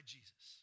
Jesus